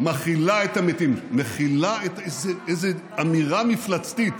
מכילה את המתים, מכילה, איזו אמירה מפלצתית,